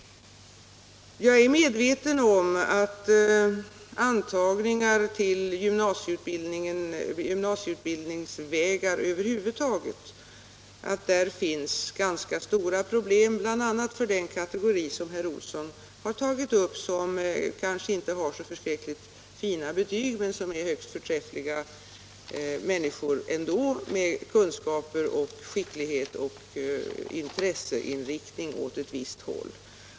Jag är medveten om att det vid antagningar till gymnasieutbildningsvägar över huvud taget finns ganska stora problem, bl.a. för den kategori som herr Olsson har berört och som kanske inte har så särskilt fina betyg men som är högst förträffliga människor ändå, med kunskaper, skicklighet och intresseinriktning åt ett visst håll.